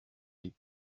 les